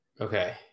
Okay